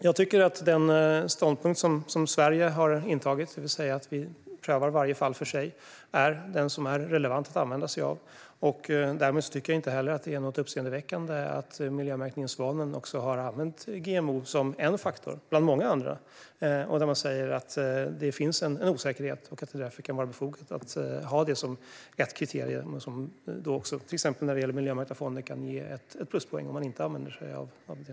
Jag tycker att den ståndpunkt som Sverige har intagit, det vill säga att vi prövar varje fall för sig, är den som är relevant att använda sig av. Därmed tycker jag inte heller att det är uppseendeväckande att miljömärkningen Svanen också har använt GMO som en faktor bland många andra. Man säger att det finns en osäkerhet, och det kan därför vara befogat att ha det som ett kriterium. När det gäller miljömärkta fonder kan det till exempel vara ett pluspoäng att inte använda sig av det.